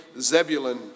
Zebulun